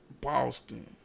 Boston